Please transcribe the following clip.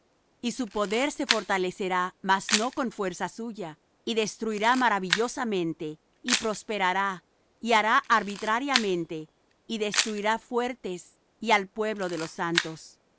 y su poder se fortalecerá mas no con fuerza suya y destruirá maravillosamente y prosperará y hará arbitrariamente y destruirá fuertes y al pueblo de los santos y